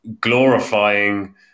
glorifying